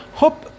hope